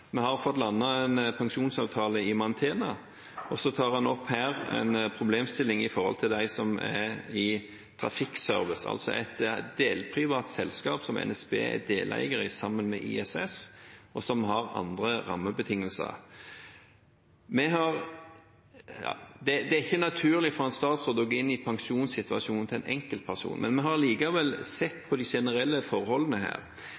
vi har fått landet en pensjonsavtale i Mantena, og så tar en her opp en problemstilling når det gjelder dem som er i NSB Trafikkservice, altså et delprivat selskap som NSB er deleier i sammen med ISS, og som har andre rammebetingelser. Det er ikke naturlig for en statsråd å gå inn i pensjonssituasjonen til en enkeltperson. Vi har